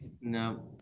No